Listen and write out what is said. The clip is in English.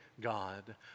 God